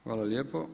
Hvala lijepo.